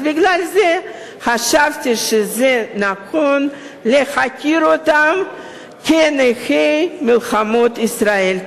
אז בגלל זה חשבתי שזה נכון להכיר בהם כנכי מלחמות ישראל.